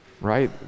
right